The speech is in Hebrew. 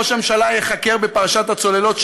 ראש הממשלה ייחקר בפרשת הצוללות,